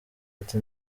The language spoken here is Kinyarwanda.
ati